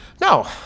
No